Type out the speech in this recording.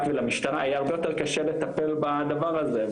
ולמשטרה יהיה הרבה יותר קשה לטפל בדבר הזה,